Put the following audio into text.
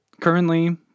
Currently